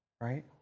right